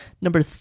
number